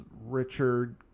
Richard